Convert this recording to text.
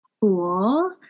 Cool